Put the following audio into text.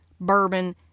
bourbon